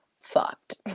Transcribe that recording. fucked